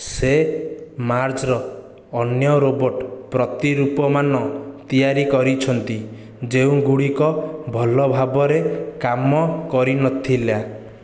ସେ ମାର୍ଜ୍ର ଅନ୍ୟ ରୋବଟ୍ ପ୍ରତିରୂପମାନ ତିଆରି କରିଛନ୍ତି ଯେଉଁ ଗୁଡ଼ିକ ଭଲ ଭାବରେ କାମ କରିନଥିଲା